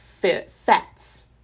fats